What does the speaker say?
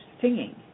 singing